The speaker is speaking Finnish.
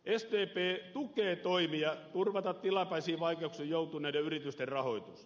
sdp tukee toimia turvata tilapäisiin vaikeuksiin joutuneiden yritysten rahoitus